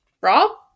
Rob